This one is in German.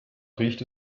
riecht